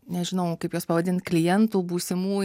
nežinau kaip juos pavadint klientų būsimųjų